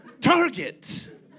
Target